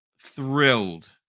thrilled